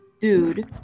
dude